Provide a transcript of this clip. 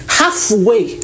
halfway